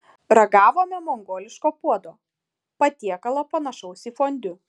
ragavome mongoliško puodo patiekalo panašaus į fondiu